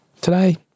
Today